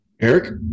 Eric